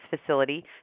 facility